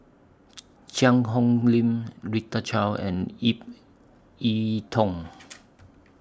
Cheang Hong Lim Rita Chao and Ip Yiu Tung